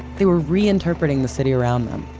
they were reinterpreting the city around them,